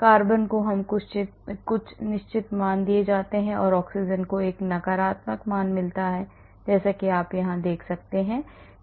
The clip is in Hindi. कार्बन को कुछ निश्चित मान दिए जाते हैं और ऑक्सीजन को एक नकारात्मक मान मिलता है जैसा कि आप देख सकते हैं कि यह log p है